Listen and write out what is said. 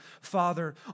Father